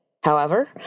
However